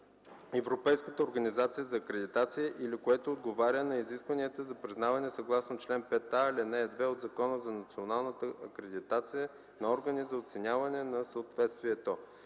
Европейската организация за акредитация или което отговаря на изискванията за признаване съгласно чл. 5а, ал. 2 от Закона за националната акредитация на органи за оценяване на съответствието.